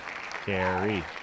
Carrie